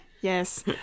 Yes